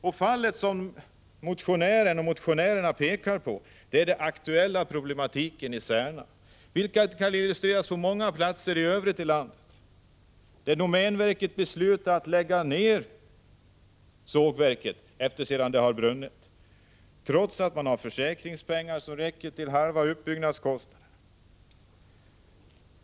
Det fall som motionärerna pekar på är den aktuella problematiken i Särna, vilken kan illustreras på många andra platser i landet. Domänverket har beslutat att lägga ner sågverket i Särna sedan det brunnit, trots att man har försäkringspengar som räcker till halva uppbyggnadskostnaden.